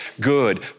good